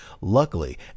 Luckily